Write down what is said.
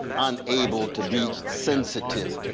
unable to be sensitive.